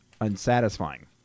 unsatisfying